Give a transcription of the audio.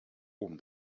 oben